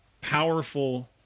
powerful